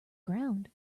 ground